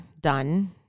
done